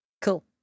Cool